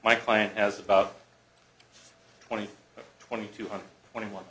my client has about twenty twenty two hundred twenty one